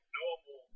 normal